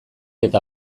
eta